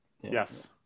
yes